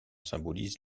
symbolise